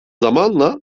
zamanla